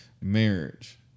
marriage